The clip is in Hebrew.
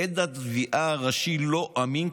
עד התביעה הראשי לא אמין,